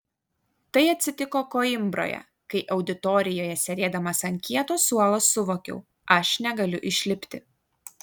tai atsitiko koimbroje kai auditorijoje sėdėdamas ant kieto suolo suvokiau aš negaliu išlipti